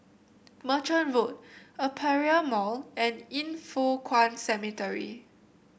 Merchant Road Aperia Mall and Yin Foh Kuan Cemetery